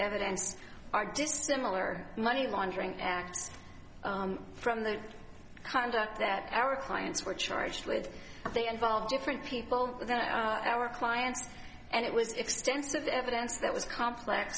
evidence are just similar money laundering acts from the conduct that our clients were charged with and they involve different people than are our clients and it was extensive evidence that was complex